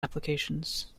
applications